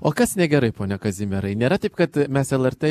o kas negerai pone kazimierai nėra taip kad mes lrt